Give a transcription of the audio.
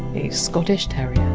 a scottish terrier.